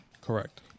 Correct